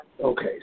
Okay